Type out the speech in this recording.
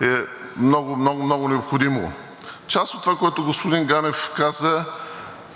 е много, много, много необходимо. Част от това, което господин Ганев каза